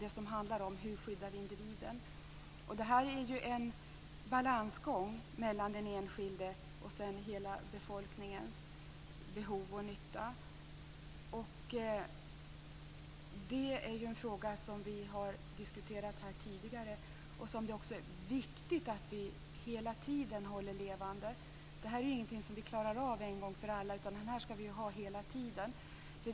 Det handlar i stället om hur vi skyddar individen. Detta är som sagt en balansgång mellan den enskildes och hela befolkningens behov och nytta. Det här är en fråga som vi har diskuterat här tidigare, och som det är viktigt att vi hela tiden håller levande. Detta är ju inget som vi klarar av en gång för alla, utan detta skall vi ha hela tiden.